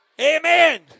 Amen